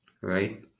Right